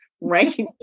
right